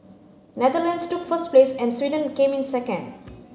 Netherlands took first place and Sweden came in second